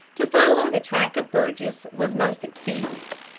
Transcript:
to follow the track of burgess was most expedient.